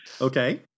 Okay